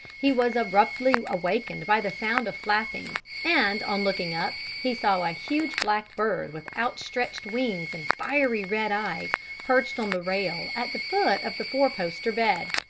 he was abruptly awakened by the sound of flapping, and, on looking up, he saw a huge black bird with outstretched wings and fiery red eyes perched on the rail at the foot of the four-poster bed.